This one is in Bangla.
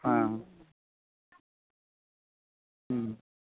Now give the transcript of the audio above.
হ্যাঁ হুম